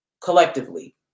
collectively